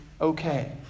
okay